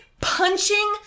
punching